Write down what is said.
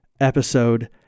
episode